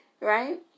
Right